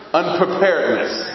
unpreparedness